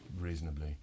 reasonably